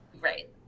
right